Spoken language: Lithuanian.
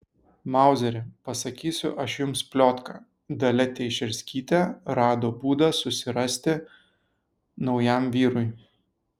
mauzeri pasakysiu aš jums pliotką dalia teišerskytė rado būdą susirasti naujam vyrui